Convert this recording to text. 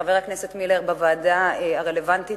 חבר הכנסת מילר ישב בוועדה הרלוונטית